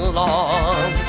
long